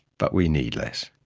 but we need less.